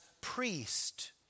priest